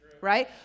right